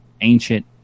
ancient